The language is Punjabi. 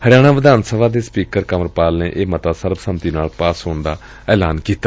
ਹਰਿਆਣਾ ਵਿਧਾਨ ਸਭਾ ਦੇ ਸਪੀਕਰ ਕੰਵਰ ਪਾਲ ਨੇ ਇਹ ਮਤਾ ਸਰਬ ਸੰਮਤੀ ਨਾਲ ਪਾਸ ਹੋਣ ਦਾ ਐਲਾਨ ਕੀਤਾ